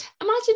Imagine